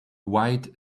white